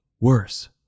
Worse